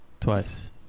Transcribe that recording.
Twice